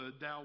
thou